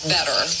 Better